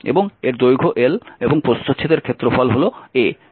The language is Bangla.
এবং এর দৈর্ঘ্য l এবং এর প্রস্থছেদের ক্ষেত্রফল হল A